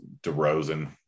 DeRozan